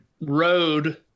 road